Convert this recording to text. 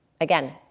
again